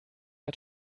hat